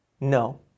No